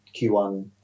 Q1